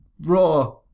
Raw